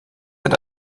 that